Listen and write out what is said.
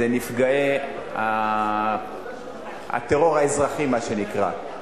והוא נפגעי הטרור האזרחי, מה שנקרא.